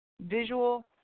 visual